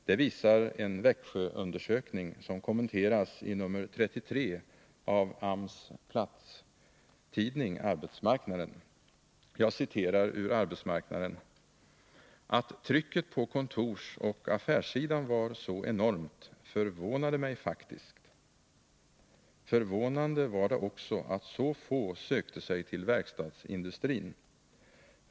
Det visar en undersökning som gjorts i Växjö och som kommenterasi nr 33 av AMS platstidning Arbetsmarknaden: ”Att trycket på kontorsoch affärssidan var så enormt, förvånade mig faktiskt ———. Förvånande var det också, att så få sökte sig till verkstadsindustrin.